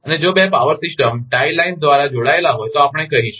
અને જો બે પાવર સિસ્ટમ્સ ટાઇ લાઇન દ્વારા જોડાયેલ હોય તો આપણે કહીશું